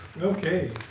Okay